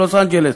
לוס-אנג'לס,